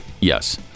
Yes